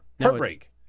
heartbreak